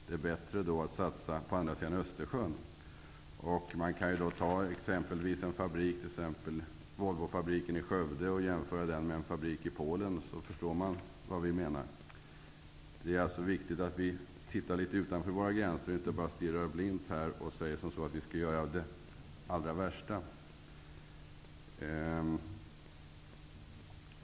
Det är bättre att satsa på andra sidan Östersjön. Om man jämför exempelvis Volvofabriken i Skövde med en fabrik i Polen förstår man vad vi menar. Det är viktigt att vi ser utanför våra gränser och inte bara stirrar blint på förhållandena här hemma och säger att vi skall göra vårt allra bästa.